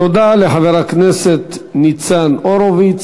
תודה לחבר הכנסת ניצן הורוביץ.